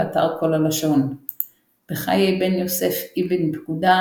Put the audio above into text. באתר קול הלשון בחיי בן יוסף אבן פקודה,